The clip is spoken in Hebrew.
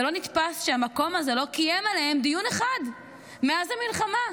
ולא נתפס שהמקום הזה לא קיים עליהם דיון אחד מאז המלחמה,